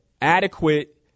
Adequate